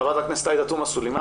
ח"כ עאידה תומא סלימאן,